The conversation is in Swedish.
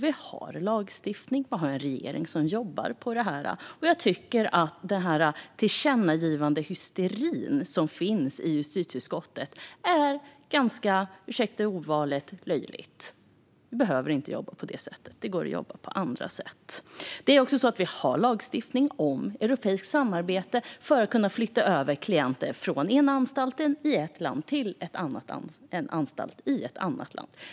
Vi har en lagstiftning, och regeringen som jobbar på detta. Jag tycker att tillkännagivandehysterin i justitieutskottet är, ursäkta ordvalet, ganska löjlig. Vi behöver inte jobba på det sättet; det går att jobba på andra sätt. Vi har en lagstiftning om europeiskt samarbete för att kunna flytta över klienter från en anstalt i ett land till en anstalt i ett annat land.